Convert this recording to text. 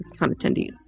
attendees